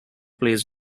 plays